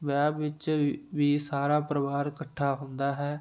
ਵਿਆਹ ਵਿੱਚ ਵ ਵੀ ਸਾਰਾ ਪਰਿਵਾਰ ਇਕੱਠਾ ਹੁੰਦਾ ਹੈ